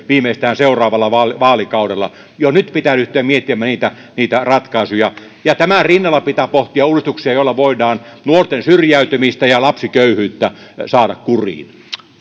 viimeistään seuraavalla vaalikaudella jo nyt pitää ryhtyä miettimään niitä niitä ratkaisuja tämän rinnalla pitää pohtia uudistuksia joilla voidaan nuorten syrjäytymistä ja lapsiköyhyyttä saada kuriin